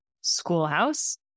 Schoolhouse